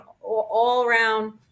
all-around